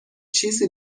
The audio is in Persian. چیزی